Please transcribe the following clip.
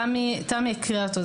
תמי הקריאה אותה,